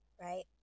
right